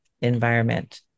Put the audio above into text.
environment